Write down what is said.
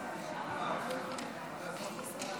עשר דקות